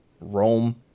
rome